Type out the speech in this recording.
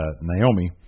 Naomi